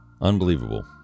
unbelievable